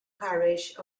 parish